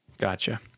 Gotcha